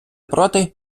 проти